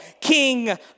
King